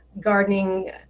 gardening